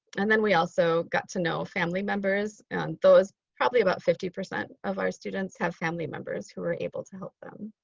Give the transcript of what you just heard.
and then we also got to know family members and probably about fifty percent of our students have family members who are able to help them.